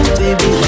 baby